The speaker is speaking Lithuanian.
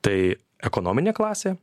tai ekonominė klasė